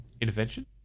Intervention